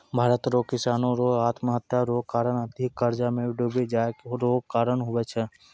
भारत रो किसानो रो आत्महत्या रो कारण अधिक कर्जा मे डुबी जाय रो कारण हुवै छै